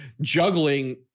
juggling